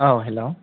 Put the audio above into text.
औ हेल'